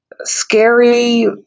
scary